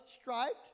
striped